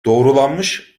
doğrulanmış